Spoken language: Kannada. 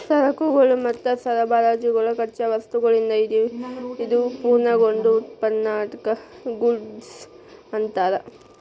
ಸರಕುಗಳು ಮತ್ತು ಸರಬರಾಜುಗಳು ಕಚ್ಚಾ ವಸ್ತುಗಳಿಂದ ಹಿಡಿದು ಪೂರ್ಣಗೊಂಡ ಉತ್ಪನ್ನ ಅದ್ಕ್ಕ ಗೂಡ್ಸ್ ಅನ್ತಾರ